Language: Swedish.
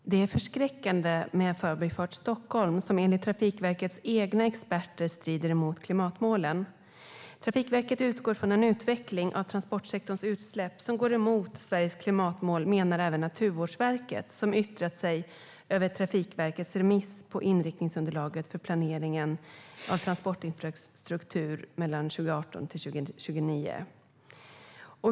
Fru talman! Det är förskräckande med Förbifart Stockholm, som enligt Trafikverkets egna experter strider mot klimatmålen. Trafikverket utgår ifrån en utveckling av transportsektorns utsläpp som går emot Sveriges klimatmål. Det menar även Naturvårdsverket, som har yttrat sig om Trafikverkets remiss av inriktningsunderlaget för planering av transportinfrastrukturen 2018-2029.